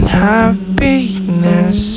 happiness